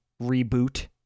reboot